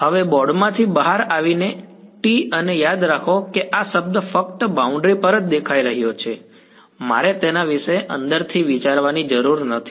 હવે બોર્ડમાંથી બહાર આવીને t અને યાદ રાખો કે આ શબ્દ ફક્ત બાઉન્ડ્રી પર દેખાઈ રહ્યો છે મારે તેના વિશે અંદરથી વિચારવાની જરૂર નથી